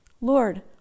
Lord